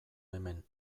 hemen